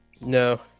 No